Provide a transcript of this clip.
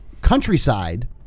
countryside